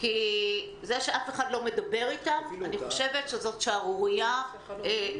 זה שאף אחד לא מדבר איתם זאת שערורייה גדולה.